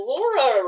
Laura